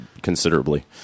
considerably